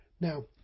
Now